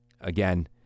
again